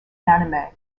anime